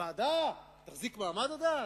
הוועדה תחזיק מעמד עד אז?